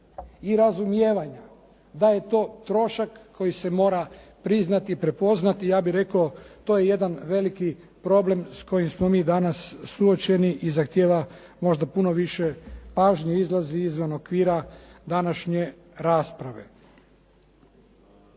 i razumijevanja da je to trošak koji se mora priznati i prepoznati i ja bih rekao to je jedan veliki problem s kojim smo mi danas suočeni i zahtijeva možda puno više pažnje, izlazi izvan okvira današnje rasprave.